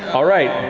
all right,